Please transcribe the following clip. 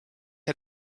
see